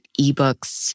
eBooks